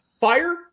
fire